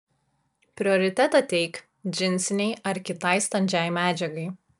prioritetą teik džinsinei ar kitai standžiai medžiagai